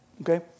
okay